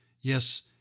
yes